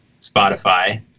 spotify